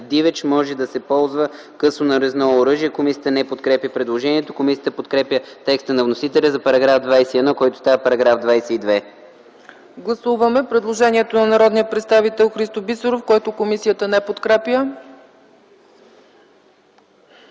дивеч може да се ползва късо нарезно оръжие.” Комисията не подкрепя предложението. Комисията подкрепя текста на вносителя за § 21, който става § 22. ПРЕДСЕДАТЕЛ ЦЕЦКА ЦАЧЕВА: Гласуваме предложението на народния представител Христо Бисеров, което комисията не подкрепя.